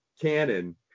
canon